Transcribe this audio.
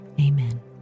Amen